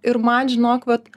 ir man žinok vat